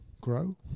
grow